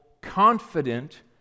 confident